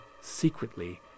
secretly